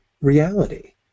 reality